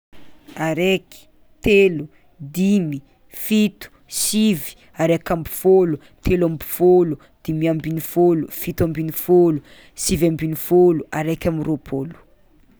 Araiky, telo, dimy, fito, sivy, araika amby fôlo, telo amby fôlo, dimy ambin'ny fôlo, fito ambin'ny fôlo, sivy ambin'ny fôlo, araiky ambirôpolo.